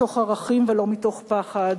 מתוך ערכים ולא מתוך פחד,